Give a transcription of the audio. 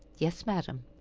yes, madam.